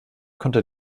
konnte